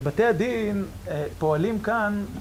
בתי הדין פועלים כאן